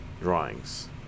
drawings